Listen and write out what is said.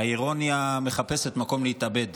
האירוניה מחפשת מקום להתאבד.